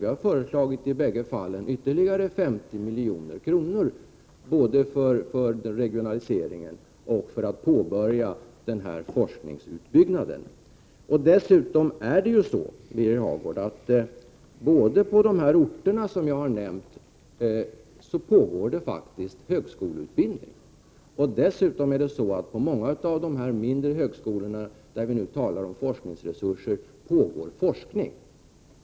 Vi har föreslagit att ytterligare 50 milj.kr. anslås för regionaliseringen och samma summa för att forskningsutbyggnaden skall kunna påbörjas. Dessutom, Birger Hagård, pågår det faktiskt högskoleutbildning på de orter som jag här har nämnt. Vid många av de mindre högskolor som är aktuella i diskussionen om forskningsresurser pågår det faktiskt forskning.